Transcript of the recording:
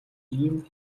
тийм